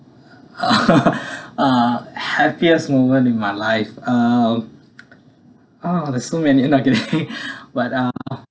uh happiest moment in my life uh oh there's so many I'm not getting any but ah